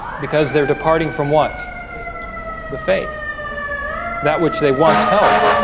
because they're departing from what the faith that which they once held